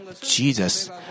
Jesus